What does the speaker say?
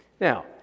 Now